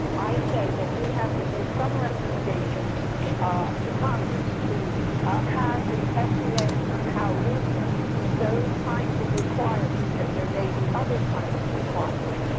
i say that we have to make some recommendations to congress to have the fda somehow loosen those kinds of requirements-and and there may be other kinds of requirements.